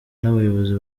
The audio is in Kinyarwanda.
n’abayobozi